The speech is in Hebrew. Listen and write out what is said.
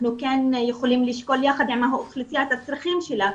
אנחנו כן יכולים לשקול יחד עם האוכלוסייה את הצרכים שלה,